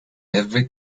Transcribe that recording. every